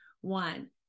one